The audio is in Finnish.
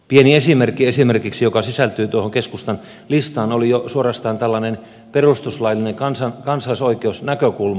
pieni esimerkki joka sisältyy tuohon keskustan listaan oli jo suorastaan tällainen perustuslaillinen kansalaisoikeusnäkökulma